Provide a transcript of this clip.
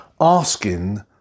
asking